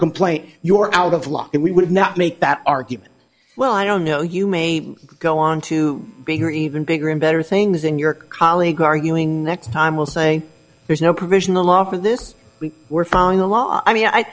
complaint you're out of luck and we would not make that argument well i don't know you may go on to bigger even bigger and better things in your colleagues arguing next time we'll say there's no provision the law for this we were following a law i mean i